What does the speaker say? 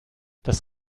das